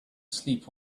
sleep